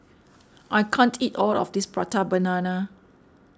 I can't eat all of this Prata Banana